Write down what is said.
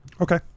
okay